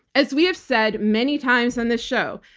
as we have said many times on this show,